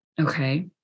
Okay